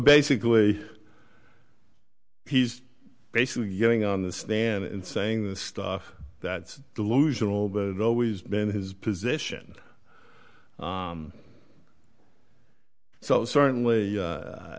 basically he's basically getting on the stand and saying the stuff that's delusional but always been his position so certainly